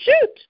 Shoot